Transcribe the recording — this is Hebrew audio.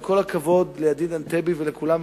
עם כל הכבוד לידין ענתבי ולכולם,